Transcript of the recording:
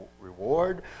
reward